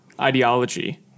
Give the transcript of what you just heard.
ideology